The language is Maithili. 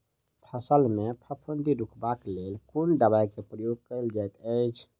फसल मे फफूंदी रुकबाक लेल कुन दवाई केँ प्रयोग कैल जाइत अछि?